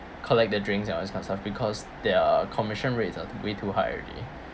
collect their drinks and all these kind of stuff because their commission rates are way too high already